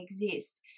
exist